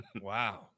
wow